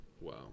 Wow